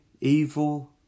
evil